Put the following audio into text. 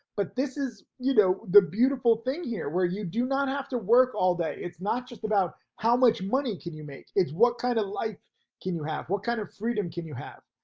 but this is you know, the beautiful thing here where you do not have to work all day. it's not just about how much money can you make. it's what kind of life can you have? what kind of freedom can you, you have?